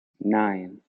nine